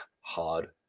hard